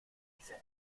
fiese